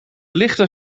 lichten